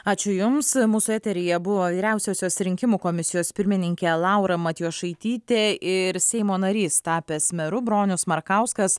ačiū jums mūsų eteryje buvo vyriausiosios rinkimų komisijos pirmininkė laura matjošaitytė ir seimo narys tapęs meru bronius markauskas